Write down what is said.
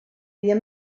wir